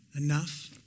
enough